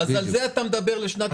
אז על זה אתה מדבר לשנת 2022?